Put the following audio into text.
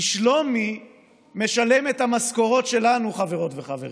כי שלומי משלם את המשכורות שלנו, חברות וחברים,